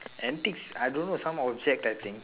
antics I don't know some object I think